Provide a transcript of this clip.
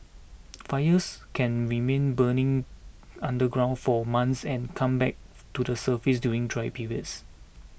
fires can remain burning underground for months and come back up to the surface during dry periods